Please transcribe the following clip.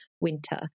winter